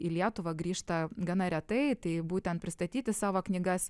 į lietuvą grįžta gana retai tai būtent pristatyti savo knygas